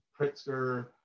Pritzker